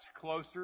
closer